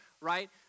right